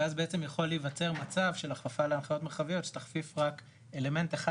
ואז יכול להיווצר מצב של הכפפה להנחיות מרחביות שתכפיף רק אלמנט אחד